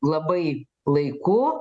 labai laiku